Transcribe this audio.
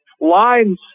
Lines